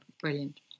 Brilliant